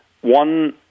One